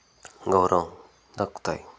గౌరవం దక్కుతాయి